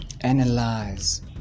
analyze